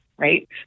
right